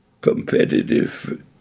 competitive